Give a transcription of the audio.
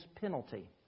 penalty